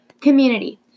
Community